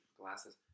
glasses